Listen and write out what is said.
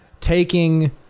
taking